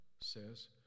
says